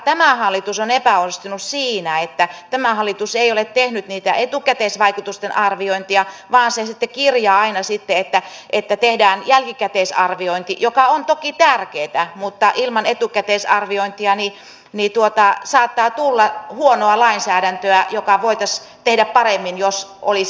tämä hallitus on epäonnistunut siinä että tämä hallitus ei ole tehnyt niitä etukäteisvaikutusten arviointeja vaan se sitten kirjaa aina että tehdään jälkikäteisarviointi joka on toki tärkeätä mutta ilman etukäteisarviointia saattaa tulla huonoa lainsäädäntöä joka voitaisiin tehdä paremmin jos olisi etukäteisarvioinnit tehty